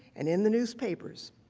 and in the newspapers.